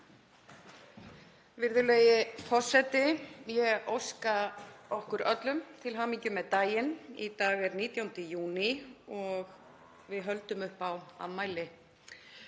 Virðulegi forseti. Ég óska okkur öllum til hamingju með daginn. Í dag er 19. júní og við höldum upp á afmæli